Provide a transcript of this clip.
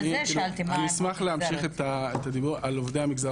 אני אשמח להמשיך את הדיבור על עובדי המגזר